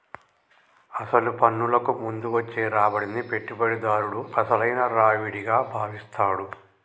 అసలు పన్నులకు ముందు వచ్చే రాబడిని పెట్టుబడిదారుడు అసలైన రావిడిగా భావిస్తాడు